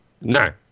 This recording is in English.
No